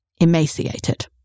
emaciated